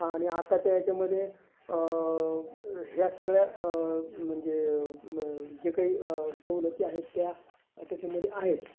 आणि आताच्या याच्यामध्ये ह्या सगळ्या म्हणजे जे काही सवलती आहेत त्या त्याच्यामध्ये आहेत